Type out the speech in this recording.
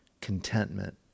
contentment